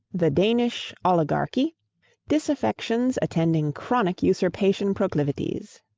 the danish oligarchy disaffections attending chronic usurpation proclivities.